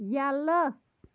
یلہٕ